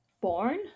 born